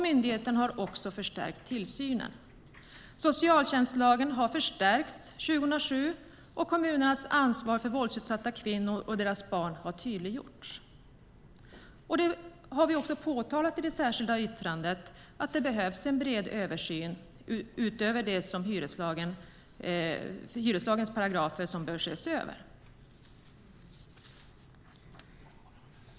Myndigheten har också förstärkt tillsynen. Socialtjänstlagen förstärktes 2007, och kommunernas ansvar för våldsutsatta kvinnor och deras barn har gjorts tydligare. Vi har i vårt särskilda yttrande påpekat att det behövs en bred översyn av hyreslagens paragrafer.